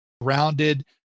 grounded